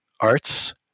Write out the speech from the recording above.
arts